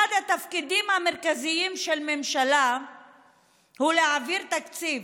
אחד התפקידים המרכזיים של ממשלה הוא להעביר תקציב,